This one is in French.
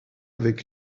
avec